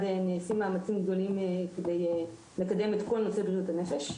נעשים מאמצים גדולים כדי לקדם את כל נושא בריאות הנפש.